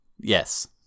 Yes